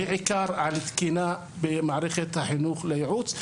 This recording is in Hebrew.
בעיקר על תקינה במערכת החינוך לייעוץ,